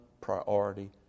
priority